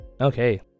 okay